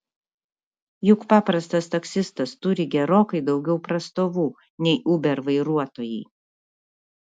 juk paprastas taksistas turi gerokai daugiau prastovų nei uber vairuotojai